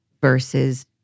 versus